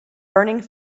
burning